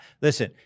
listen